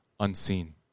unseen